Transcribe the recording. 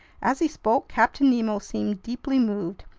as he spoke, captain nemo seemed deeply moved,